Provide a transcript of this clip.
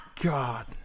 God